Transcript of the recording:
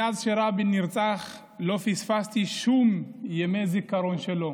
מאז שרבין נרצח לא פספסתי שום ימי זיכרון שלו,